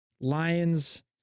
Lions